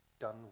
done